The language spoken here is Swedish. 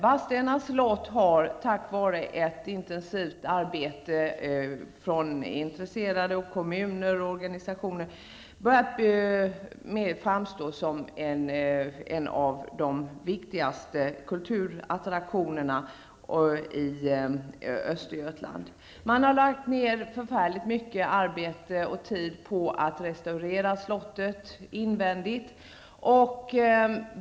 Vadstena slott har tack vare ett intensivt arbete från de intresserade, kommuner och organisationer börjat framstå som en av de viktigaste kulturattraktionerna i Östergötland. Man har lagt ner förfärligt mycket arbete och tid på att restaurera slottet invändigt.